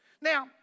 Now